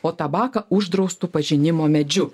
o tabaką uždraustu pažinimo medžiu